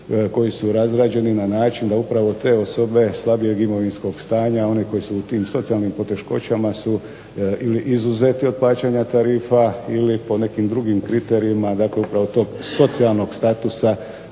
koji su razrađeni na način da uprave te osobe slabijeg imovinskog stanja, one koje su u tim socijalnim poteškoćama su izuzeti od plaćanja tarifa ili po nekim drugim kriterijima upravo tog socijalnog statusa